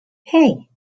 hey